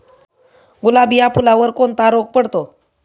गुलाब या फुलावर कोणता रोग पडतो?